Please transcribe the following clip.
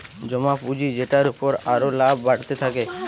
জমা পুঁজি যেটার উপর আরো লাভ বাড়তে থাকে